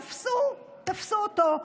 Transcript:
תפסו אותו.